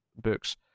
books